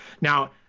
now